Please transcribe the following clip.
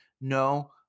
No